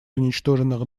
уничтоженных